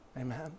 Amen